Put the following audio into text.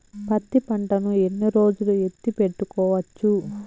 పత్తి పంటను ఎన్ని రోజులు ఎత్తి పెట్టుకోవచ్చు?